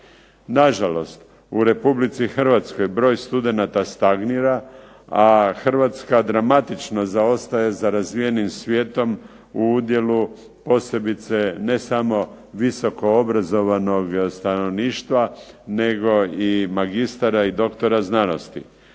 Nažalost, u Republici Hrvatskoj broj studenata stagnira, a Hrvatska dramatično zaostaje za razvijenim svijetom u udjelu posebice ne samo visoko obrazovanog stanovništva nego i magistar i doktora znanosti.